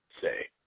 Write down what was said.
Say